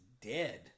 dead